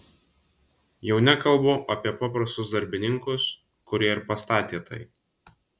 jau nekalbu apie paprastus darbininkus kurie ir pastatė tai